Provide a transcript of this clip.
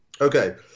Okay